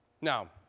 Now